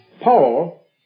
Paul